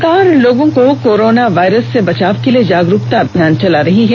सरकार लोगों को कोरोना वायरस से बचाव के लिए जागरूकता अभियान चला रही है